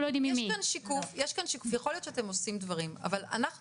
יש כאלה דברים וגם זה כמו שאת יודעת לבד,